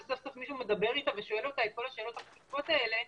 שסוף סוף מישהו מדבר אתה ושואל אותה את כל השאלות היפות האלה.